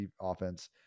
offense